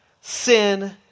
sin